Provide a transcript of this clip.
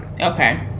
Okay